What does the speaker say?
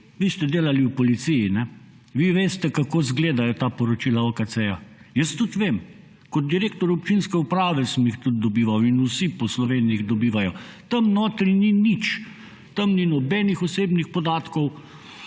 vi ste delali v policiji, ne? Vi veste, kako izgledajo ta poročila OKC-ja. Jaz tudi vem. Kot direktor občinske uprave sem jih tudi dobival in vsi po Sloveniji jih dobivajo. Tam notri ni nič. Tam ni nobenih osebnih podatkov,